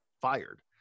fired